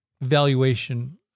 valuation